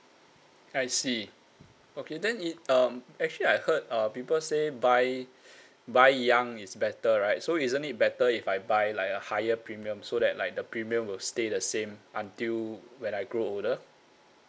I see okay then it um actually I heard uh people say buy buy young is better right so isn't it better if I buy like a higher premium so that like the premium will stay the same until when I grow older